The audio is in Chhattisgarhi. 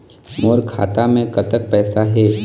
मोर खाता मे कतक पैसा हे?